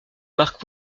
marquent